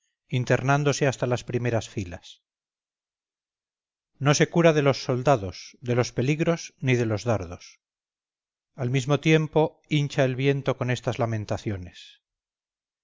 internándose hasta las primeras filas no se cura de los soldados de los peligros ni de los dardos al mismo tiempo hinche el viento con estas lamentaciones